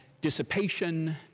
dissipation